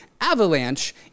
Avalanche